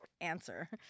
answer